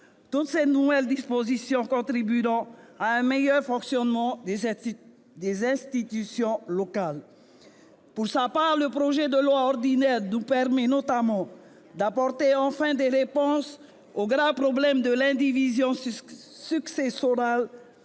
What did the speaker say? Toutes ces nouvelles dispositions contribueront à un meilleur fonctionnement des institutions locales. Pour sa part, le projet de loi ordinaire nous permet notamment d'apporter enfin des réponses au grave problème de l'indivision successorale